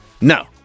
No